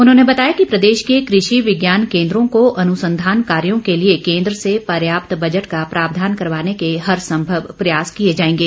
उन्होंने बताया कि प्रदेश के कृषि विज्ञान केन्द्रों को अनुसंधान कार्यो के लिए केन्द्र से पर्याप्त बजट का प्रावधान करवाने के हर संभव प्रयास किए जाएंगे